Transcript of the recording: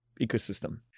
ecosystem